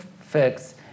fix